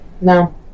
No